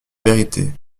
vérité